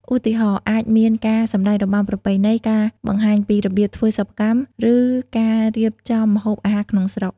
ឧទាហរណ៍ អាចមានការសម្តែងរបាំប្រពៃណី ការបង្ហាញពីរបៀបធ្វើសិប្បកម្ម ឬការរៀបចំម្ហូបអាហារក្នុងស្រុក។